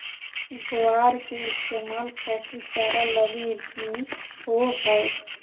ग्वार के इस्तेमाल पशु चारा लगी भी होवो हय